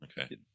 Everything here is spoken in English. Okay